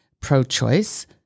pro-choice